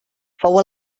fou